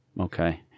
Okay